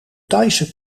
thaise